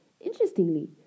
Interestingly